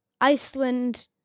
Iceland